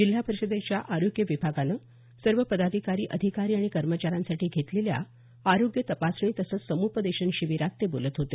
जिल्हा परिषदेच्या आरोग्य विभागानं सर्व पदाधिकारी अधिकारी आणि कर्मचाऱ्यांसाठी घेतलेल्या आरोग्य तपासणी तसंच सम्पदेशन शिबिरात ते बोलत होते